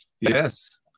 Yes